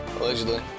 Allegedly